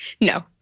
no